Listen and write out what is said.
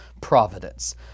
providence